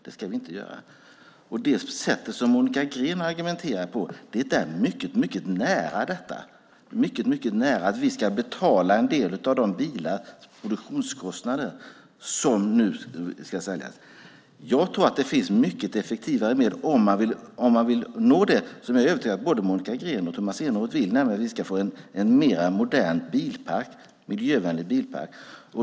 Det sätt som Monica Green argumenterar på ligger mycket nära detta, det vill säga att vi skulle betala en del av produktionskostnaderna för de bilar som ska säljas. Jag tror att det finns mycket effektivare medel om man vill nå det som jag är övertygad om att både Monica Green och Tomas Eneroth vill, nämligen att vi ska få en mer modern och miljövänlig bilpark.